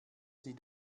sie